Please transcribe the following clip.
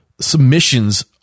submissions